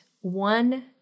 one